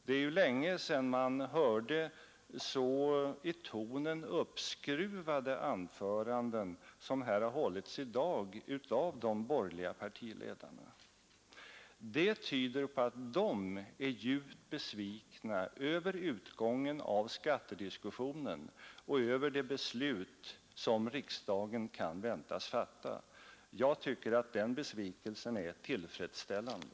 Det är ju länge sedan man hörde så i tonen uppskruvade anföranden som här har hållits i dag av de borgerliga partiledarna. Det tyder på att de är djupt besvikna över utgången av skattediskussionen och över det beslut som riksdagen kan väntas fatta. Jag tycker att den besvikelsen är tillfredsställande.